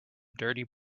dirty